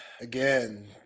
again